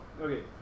okay